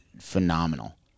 phenomenal